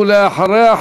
ולאחריה,